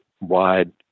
wide